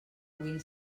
puguin